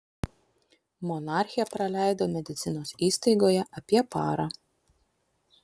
monarchė praleido medicinos įstaigoje apie parą